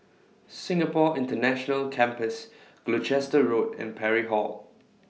Singapore International Campus Gloucester Road and Parry Hall